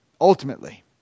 ultimately